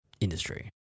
industry